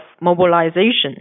mobilization